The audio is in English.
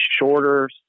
shorter